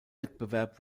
wettbewerb